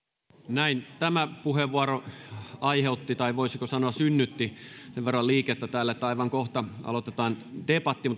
tämä puheenvuoro aiheutti tai voisiko sanoa synnytti sen verran liikettä täällä että aivan kohta aloitetaan debatti